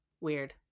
Weird